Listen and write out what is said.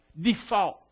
default